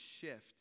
shift